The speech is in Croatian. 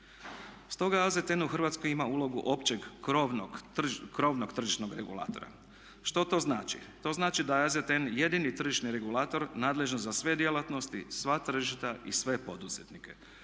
Stoga AZTN u Hrvatskoj ima ulogu općeg krovnog tržišnog regulatora. Što to znači? To znači da je AZTN jedini tržišni regulator nadležan za sve djelatnosti, sva tržišta i sve poduzetnike.